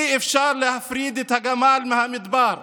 אי-אפשר להפריד את הגמל מהמדבר.